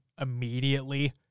immediately –